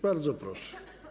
Bardzo proszę.